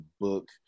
book